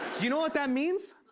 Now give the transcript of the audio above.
do you know what that means?